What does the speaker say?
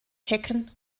hecken